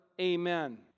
amen